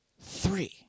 three